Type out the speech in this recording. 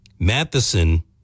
Matheson